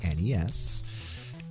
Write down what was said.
NES